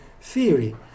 theory